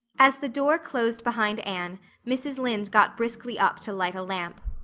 as the door closed behind anne mrs. lynde got briskly up to light a lamp.